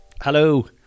Hello